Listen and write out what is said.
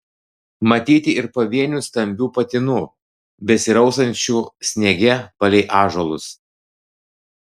matyti ir pavienių stambių patinų besirausiančių sniege palei ąžuolus